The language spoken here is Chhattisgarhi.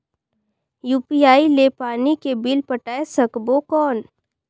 यू.पी.आई ले पानी के बिल पटाय सकबो कौन?